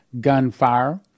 gunfire